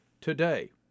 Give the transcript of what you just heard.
today